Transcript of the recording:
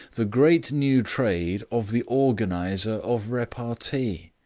the great new trade of the organizer of repartee.